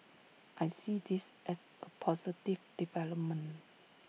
I see this as A positive development